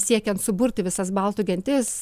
siekiant suburti visas baltų gentis